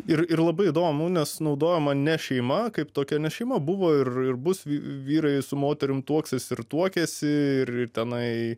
ir ir labai įdomu nes naudojama ne šeima kaip tokia ne šeima buvo ir bus vyrai su moterim tuoksis ir tuokėsi ir tenai